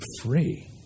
free